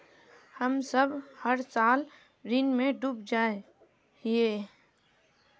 हम सब हर साल ऋण में डूब जाए हीये?